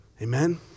Amen